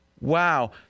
wow